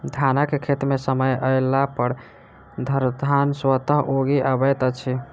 धानक खेत मे समय अयलापर झड़धान स्वतः उगि अबैत अछि